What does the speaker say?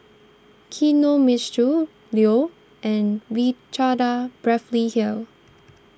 Kinohimitsu Leo and Ricardo Beverly Hills